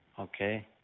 Okay